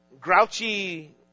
grouchy